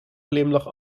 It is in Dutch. glimlach